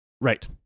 Right